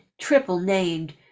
triple-named